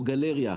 או גלריה.